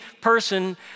person